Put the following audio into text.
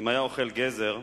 אם היה אוכל גזר,